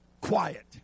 quiet